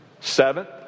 Seventh